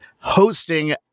hosting